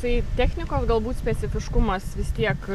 tai technikos galbūt specifiškumas vis tiek